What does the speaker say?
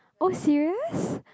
oh serious